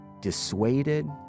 dissuaded